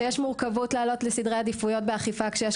שיש מורכבות להעלות לסדרי עדיפויות באכיפה כשיש